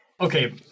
Okay